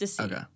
Okay